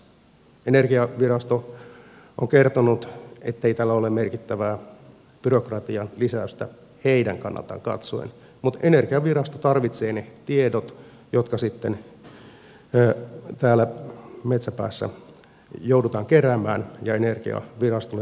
energiavirasto on kertonut ettei tällä ole merkittävää byrokratian lisäystä heidän kannaltaan katsoen mutta energiavirasto tarvitsee ne tiedot jotka sitten täällä metsäpäässä joudutaan keräämään ja energiavirastolle toimittamaan